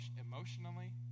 emotionally